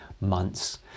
months